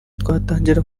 twatangira